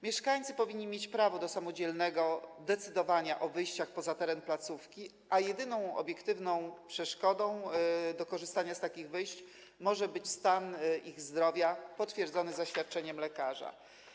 Mieszkańcy powinni mieć prawo do samodzielnego decydowania o wyjściach poza teren placówki, a jedyną obiektywną przeszkodą do korzystania z takich wyjść może być ich stan zdrowia potwierdzony zaświadczeniem lekarskim.